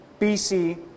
BC